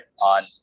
on